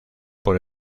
por